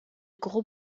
gros